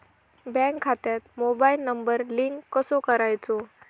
Bank खात्यात mobile number link कसो करायचो?